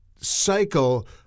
cycle